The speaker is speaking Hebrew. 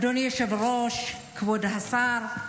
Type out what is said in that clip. אדוני היושב-ראש, כבוד השר,